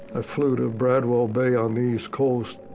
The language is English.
ah flew to bradwell bay on the east coast.